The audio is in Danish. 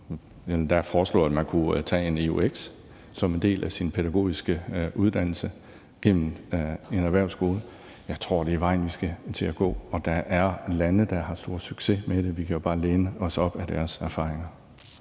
endda foreslået, at man kunne tage en eux gennem en erhvervsskole som en del af sin pædagogiske uddannelse. Jeg tror, det er den vej, vi skal til at gå. Og der er lande, der har stor succes med det – vi kan bare læne os op ad deres erfaringer.